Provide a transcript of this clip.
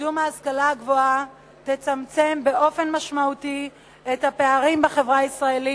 בקידום ההשכלה הגבוהה תצמצם באופן משמעותי את הפערים בחברה הישראלית,